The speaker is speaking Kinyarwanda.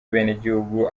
abenegihugu